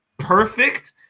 perfect